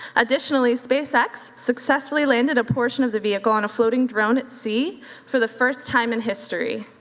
additionally, spacex successfully landed a portion of the vehicle on a floating drone at sea for the first time in history.